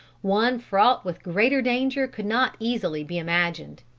one fraught with greater danger could not easily be imagined.